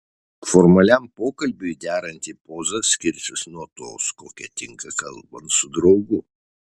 formaliam pokalbiui deranti poza skirsis nuo tos kokia tinka kalbant su draugu